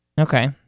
Okay